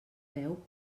veu